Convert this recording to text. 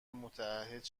متعهد